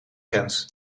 grens